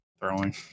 throwing